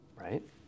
right